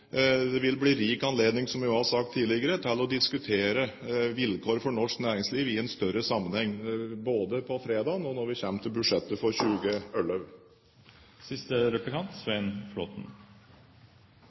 som jeg også har sagt tidligere, vil det bli rik anledning til å diskutere vilkår for norsk næringsliv i en større sammenheng både på fredag og når vi kommer til budsjettet for